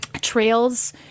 trails